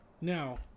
Now